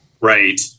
Right